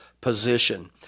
position